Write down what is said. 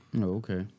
Okay